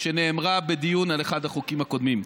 שנאמרה בדיון על אחד החוקים הקודמים.